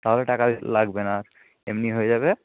তাহলে টাকা লাগবে না আর এমনি হয়ে যাবে